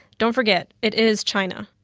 don't forget, it is china,